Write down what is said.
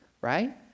Right